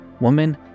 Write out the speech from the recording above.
Woman